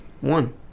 One